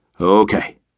Okay